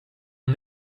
aux